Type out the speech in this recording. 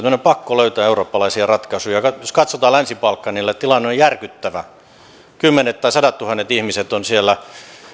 meidän on pakko löytää eurooppalaisia ratkaisuja jos katsotaan länsi balkanille tilanne on on järkyttävä kymmenet tai sadat tuhannet ihmiset ovat siellä